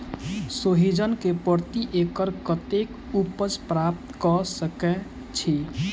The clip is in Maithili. सोहिजन केँ प्रति एकड़ कतेक उपज प्राप्त कऽ सकै छी?